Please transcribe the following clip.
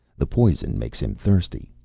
the poison makes him thirsty.